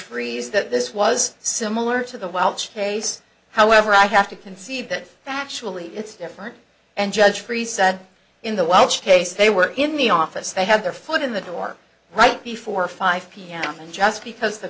trees that this was similar to the welsh case however i have to concede that actually it's different and judge freeh said in the welsh case they were in the office they had their foot in the door right before five pm and just because the